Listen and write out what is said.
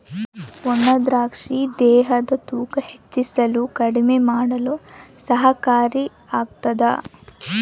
ಒಣ ದ್ರಾಕ್ಷಿ ದೇಹದ ತೂಕ ಹೆಚ್ಚಿಸಲು ಕಡಿಮೆ ಮಾಡಲು ಸಹಕಾರಿ ಆಗ್ತಾದ